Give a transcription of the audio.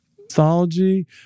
mythology